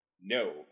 No